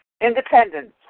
Independence